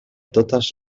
totes